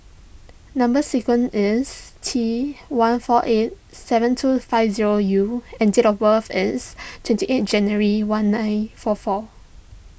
Number Sequence is T one four eight seven two five zero U and date of birth is twenty eight January one nine four four